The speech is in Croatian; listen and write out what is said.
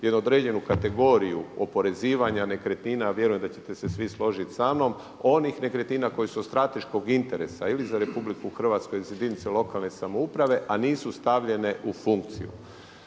jer određenu kategoriju oporezivanja nekretnina a vjerujem da ćete se svi složit samnom onih nekretnina koje su od strateškog interesa ili za RH ili za jedinice lokalne samouprave a nisu stavljene u funkciju